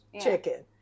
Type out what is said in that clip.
Chicken